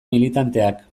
militanteak